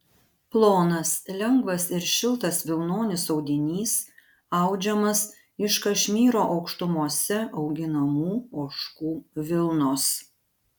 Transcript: plonas lengvas ir šiltas vilnonis audinys audžiamas iš kašmyro aukštumose auginamų ožkų vilnos